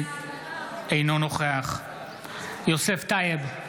אינו נוכח יוסף טייב,